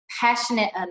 passionate